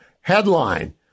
Headline